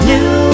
New